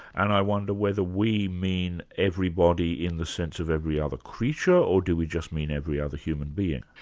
and i wonder whether we mean everybody in the sense of every other creature, or do we just mean every other human being?